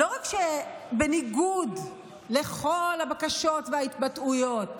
לא רק שבניגוד לכל הבקשות וההתבטאויות